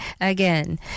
again